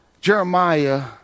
Jeremiah